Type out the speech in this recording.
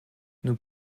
nous